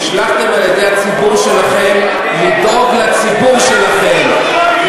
נשלחתם על-ידי הציבור שלכם לדאוג לציבור שלכם,